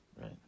right